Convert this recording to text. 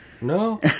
No